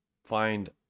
find